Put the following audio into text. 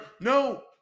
No